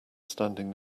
standing